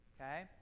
okay